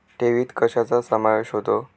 ठेवीत कशाचा समावेश होतो?